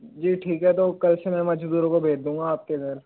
जी ठीक है तो कल से मैं मज़दूरों को भेज दूंगा आपके घर